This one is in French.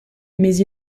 mais